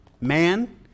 man